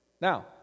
Now